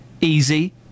easy